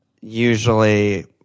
usually